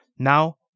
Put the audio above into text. Now